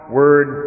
word